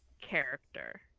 character